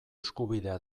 eskubidea